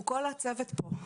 אנחנו כל הצוות פה.